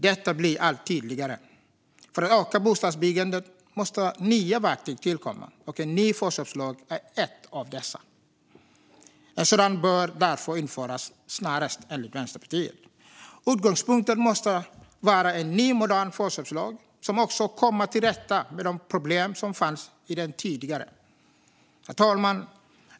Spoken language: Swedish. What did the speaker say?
Detta blir allt tydligare. För att öka bostadsbyggandet måste nya verktyg tillkomma, och en ny förköpslag är ett av dessa. Enligt Vänsterpartiet bör en sådan därför införas snarast. Utgångspunkten måste vara en ny, modern förköpslag som också kommer till rätta med de problem som fanns i den tidigare. Herr talman!